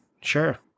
Sure